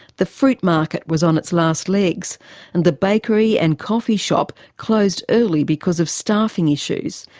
the fruit market was on its last legs and the bakery and coffee shop closed early because of staffing issues.